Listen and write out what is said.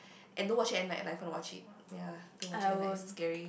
and don't watch it at night like if you're gonna watch it ya don't watch it at night it is scary